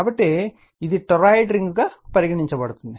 కాబట్టి ఇది టొరాయిడ్ రింగ్గా పరిగణించబడుతుంది